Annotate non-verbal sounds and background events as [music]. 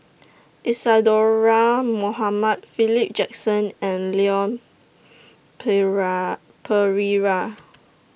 Isadhora Mohamed Philip Jackson and Leon [unintelligible] Perera